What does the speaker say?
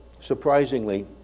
surprisingly